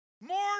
more